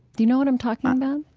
do you know what i'm talking about?